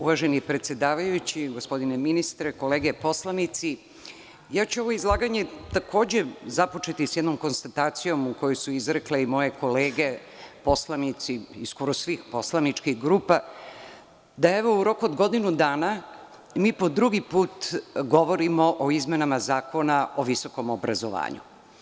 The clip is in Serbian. Uvaženi predsedavajući, gospodine ministre, kolege poslanici, ovo izlaganje ću započeti sa jednom konstatacijom, koju su istakle moje kolege poslanici, iz skoro svih poslaničkih grupa, da evo u roku od godinu dana po drugi put govorimo o izmenama Zakona o visokom obrazovanju.